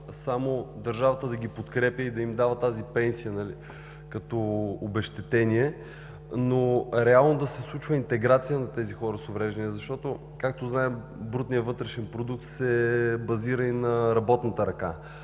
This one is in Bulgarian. само държавата да ги подкрепя и да им дава тази пенсия, като обезщетение, но реално да се случва интеграция на тези хора с увреждания. Както знаем, брутният вътрешен продукт се базира и на работната ръка.